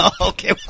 Okay